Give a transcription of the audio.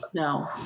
No